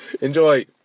enjoy